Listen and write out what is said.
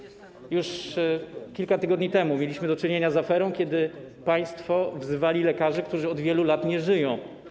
Już kilka tygodni temu mieliśmy do czynienia z aferą, kiedy państwo wzywali lekarzy, którzy od wielu lat nie żyją.